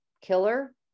killer